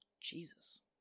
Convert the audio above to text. Jesus